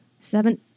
Seven